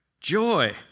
joy